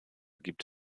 gibt